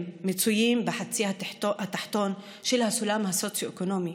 מצויים בחצי התחתון של הסולם הסוציו-אקונומי.